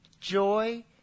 joy